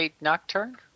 Nocturne